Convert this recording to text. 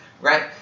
right